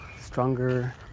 stronger